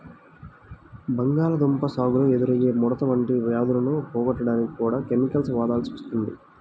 బంగాళాదుంప సాగులో ఎదురయ్యే ముడత వంటి వ్యాధులను పోగొట్టడానికి కూడా కెమికల్స్ వాడాల్సి వస్తుంది